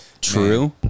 true